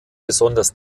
besonders